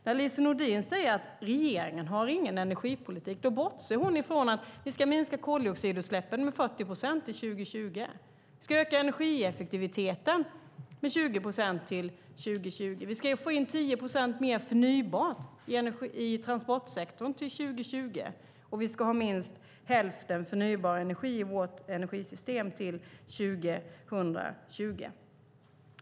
När Lise Nordin säger att regeringen inte har någon energipolitik bortser hon ifrån att vi ska minska koldioxidutsläppen med 40 procent till 2020, vi ska öka energieffektiviteten med 20 procent till 2020, vi ska få in 10 procent mer förnybart i transportsektorn till 2020 och vi ska ha minst hälften förnybar energi i vårt energisystem till 2020.